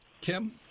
Kim